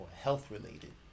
health-related